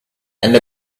and